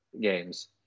games